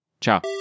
Ciao